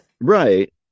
Right